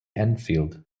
enfield